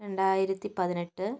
രണ്ടായിരത്തി പതിനെട്ട്